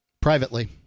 Privately